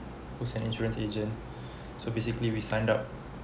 who's an insurance agent so basically we signed up